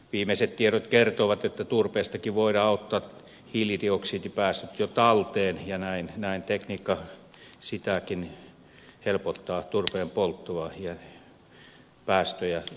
viimeiset tiedot kertovat että turpeestakin voidaan ottaa hiilidioksidipäästöt jo talteen ja näin tekniikka turpeen polttoakin helpottaa ja vähentää siitä syntyviä päästöjä